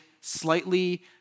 slightly